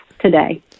today